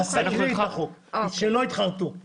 מאה אחוז, אז תקריאי את החוק - שלא יתחרטו.